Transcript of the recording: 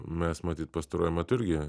mes matyt pastaruoju metu irgi